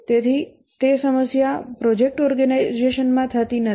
તેથી તે સમસ્યા પ્રોજેક્ટ ઓર્ગેનાઇઝેશનમાં થતી નથી